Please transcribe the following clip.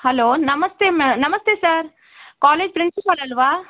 hello ನಮಸ್ತೆ ma'am ನಮಸ್ತೆ sir college principal ಅಲ್ಲವಾ